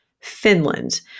Finland